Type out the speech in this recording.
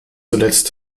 zuletzt